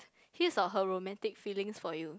his or her romantic feelings for you